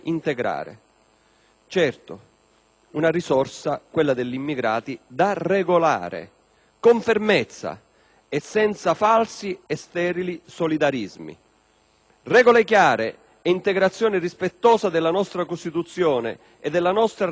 una risorsa, quella degli immigrati, da regolare, con fermezza e senza falsi e sterili solidarismi. Regole chiare, integrazione rispettosa della nostra Costituzione e della nostra realtà culturale e democratica.